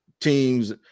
teams